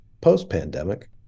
post-pandemic